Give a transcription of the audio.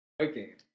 Okay